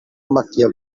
macchia